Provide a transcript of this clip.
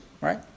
right